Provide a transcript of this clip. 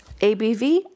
ABV